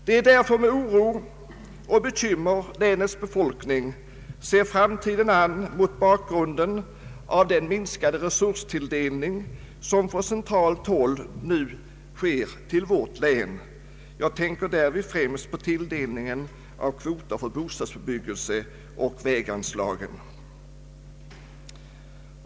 Det är därför med oro och bekymmer länets befolkning ser framtiden an mot bakgrunden av den minskade resurstilldelning som från centralt håll nu sker till vårt län. Jag tänker därvid främst på tilldelningen av kvoter för bostadsbebyggelse och väganslagen.